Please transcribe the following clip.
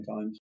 times